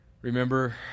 Remember